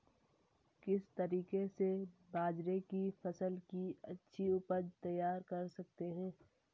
किस तरीके से बाजरे की फसल की अच्छी उपज तैयार कर सकते हैं?